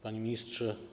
Panie Ministrze!